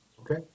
Okay